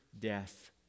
death